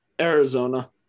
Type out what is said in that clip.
Arizona